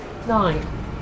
Nine